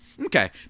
Okay